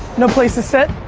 no place to sit.